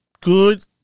good